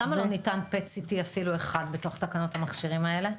למה לא ניתן אפילו PET-CT אחד בתוך תקנות המכשירים האלה?